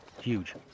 Huge